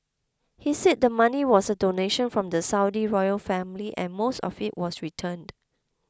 he said the money was a donation from the Saudi royal family and most of it was returned